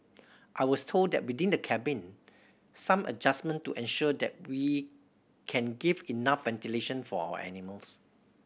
I was told that within the cabin some adjustment to ensure that we can give enough ventilation for our animals